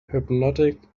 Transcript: hypnotic